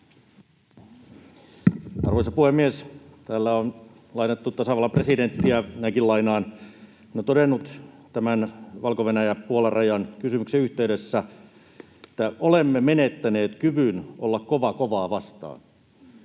Arvoisa puhemies! Täällä on lainattu tasavallan presidenttiä, minäkin lainaan. Hän on todennut tämän Valko-Venäjän—Puolan rajan kysymyksen yhteydessä, että olemme menettäneet kyvyn olla kova kovaa vastaan.